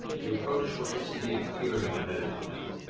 you approach what looks to be a clearing ahead of you now.